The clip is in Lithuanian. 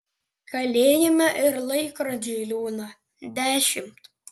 kalėjime ir laikrodžiui liūdna dešimt